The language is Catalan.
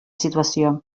situació